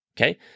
Okay